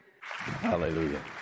Hallelujah